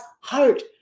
heart